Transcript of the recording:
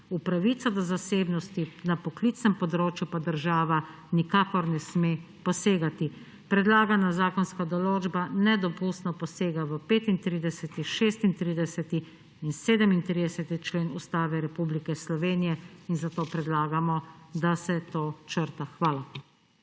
pravico do zasebnosti na poklicnem področju pa država nikakor ne sme posegati. Predlagana zakonska določba nedopustno posega v 35., 36. in 37. člen Ustave Republike Slovenije in zato predlagamo, da se to črta. Hvala.